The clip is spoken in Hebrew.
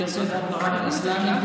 מייסד התנועה האסלאמית,